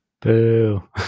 Boo